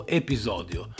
episodio